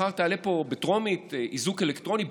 מחר תעלה פה בטרומית הצעה על איזוק אלקטרוני,